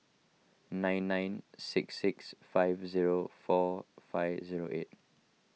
nine nine six six five zero four five zero eight